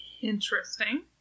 Interesting